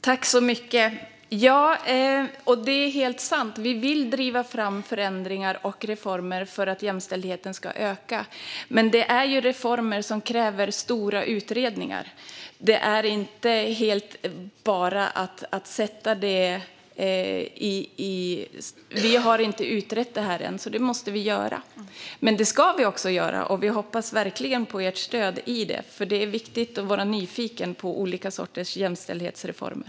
Fru talman! Det är helt sant. Vi vill driva fram förändringar och reformer för att jämställdheten ska öka. Men det är reformer som kräver stora utredningar. Vi har inte utrett det här än, så det måste vi göra, och det ska vi också göra. Vi hoppas verkligen på ert stöd i det arbetet, för det är viktigt att vara nyfiken på olika sorters jämställdhetsreformer.